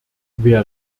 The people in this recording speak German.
wer